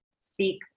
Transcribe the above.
speak